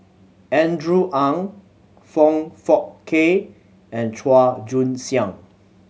Andrew Ang Foong Fook Kay and Chua Joon Siang